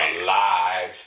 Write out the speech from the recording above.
alive